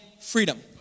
freedom